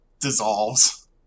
Dissolves